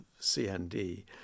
CND